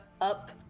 up